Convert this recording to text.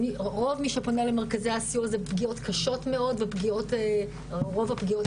רוב מי שפונה למרכזי הסיוע זה פגיעות קשות מאוד ורוב הפגיעות